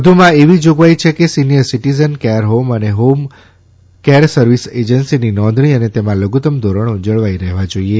વધુમાં એવી જોગવાઇ છે કે સિનિયર સિટીઝન કેર હોમ અને હોમકેર સર્વિસ એજન્સીની નોંધણી અને તેમાં લધુત્તમ ધોરણો જળવાઇ રહેવા જોઇએ